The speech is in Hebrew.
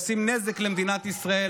עושים נזק למדינת ישראל,